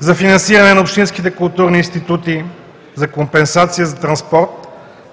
за финансиране на общинските културни институти, за компенсация за транспорт